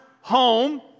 home